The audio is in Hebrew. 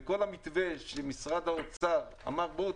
וכל המתווה שמשרד האוצר אמר: בואו,